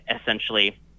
essentially